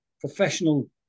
professional